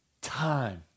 time